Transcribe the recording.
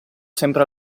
sempre